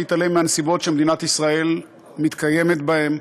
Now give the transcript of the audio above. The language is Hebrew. אי-אפשר להתעלם מהנסיבות שמדינת ישראל מתקיימת בהן,